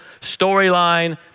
storyline